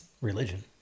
religion